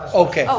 okay,